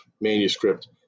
manuscript